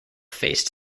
faced